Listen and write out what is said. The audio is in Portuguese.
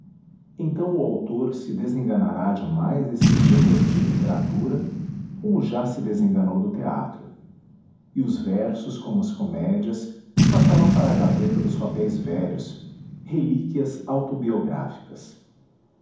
então o autor se desenganará de mais esse gênero de literatura como já se desenganou do teatro e os versos como as comédias passarão para a gaveta dos papéis velhos relíquias autobiográficas